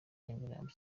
nyamirambo